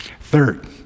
Third